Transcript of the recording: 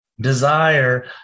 Desire